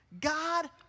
God